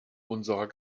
unserer